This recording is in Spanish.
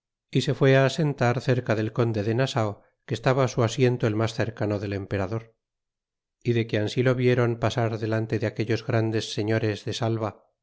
y se fué é asentar cerca del conde de nasao que estaba su asiento el mas cercano del emperador y de que ansí lo vieron pasar delante de aquellos grandes señores de salva